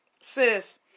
sis